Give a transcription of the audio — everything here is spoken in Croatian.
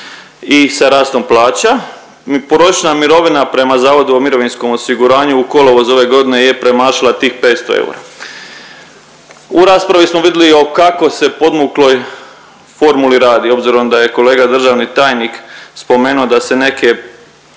i sa rastom plaća. Prosječna mirovina prema Zavodu o mirovinskom osiguranju u kolovozu ove godine je premašila tih 500 eura. U raspravi smo vidli o kako se podmukloj formuli radi obzirom da je kolega državni tajnik spomenuo da se neke